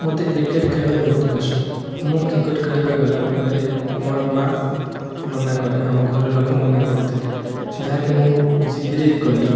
ମୋତେ କ୍ରିକେଟ ଖେଳ ବହୁତ ପସନ୍ଦ ମୁଁ କ୍ରିକେଟ ଖେଳିବା ଗଲା ବେଳେ ମୋର ମା' ମନା କରେ ଆମ ଘର ଲୋକ ମନା କରୁଥିଲି ଯାହାକି ମୁଁ ଜିଦିରେ ଗଲି